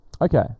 okay